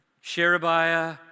Sherebiah